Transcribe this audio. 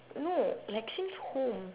no like since home